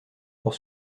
pour